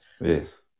Yes